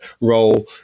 role